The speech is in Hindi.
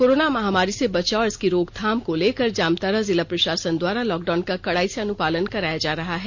कोरोना महामारी से बचाव और इसकी रोकथाम को लेकर जामताड़ा जिला प्रशासन द्वारा लॉकडाउन का कड़ाई से अनुपालन कराया जा रहा है